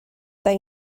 they